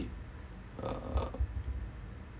uh